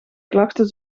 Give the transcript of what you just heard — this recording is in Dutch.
klachten